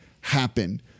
happen